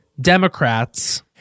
Democrats